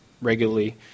regularly